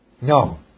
No